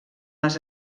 les